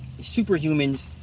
superhumans